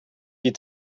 die